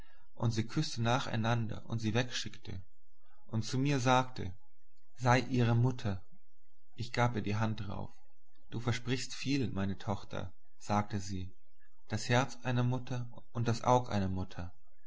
und sie küßte nach einander und sie wegschickte und zu mir sagte sei ihre mutter ich gab ihr die hand drauf du versprichst viel meine tochter sagte sie das herz einer mutter und das aug einer mutter